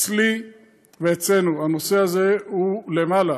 אצלי ואצלנו הנושא הזה הוא למעלה,